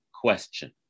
question